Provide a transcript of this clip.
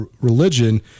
religion